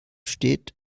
steht